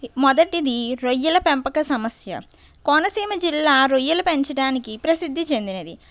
మొదటిది రొయ్యల పెంపక సమస్య కోనసీమ జిల్లా రొయ్యలు పెంచటానికి ప్రసిద్ధి చెందినది